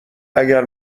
اگر